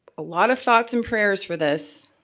a lot of thoughts and prayers for this,